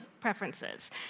preferences